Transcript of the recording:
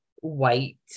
white